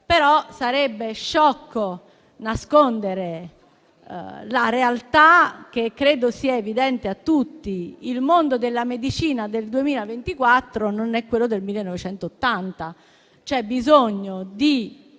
Però sarebbe sciocco nascondere una realtà che credo sia evidente a tutti: il mondo della medicina del 2024 non è quello del 1980. C'è bisogno di